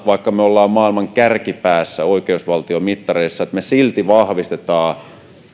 vaikka me olemme maailman kärkipäässä oikeusvaltiomittareissa että me silti vahvistamme suomessa